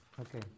Okay